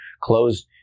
closed